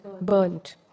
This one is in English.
burned